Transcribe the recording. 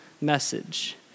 message